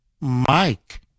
Mike